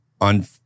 on